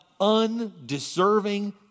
undeserving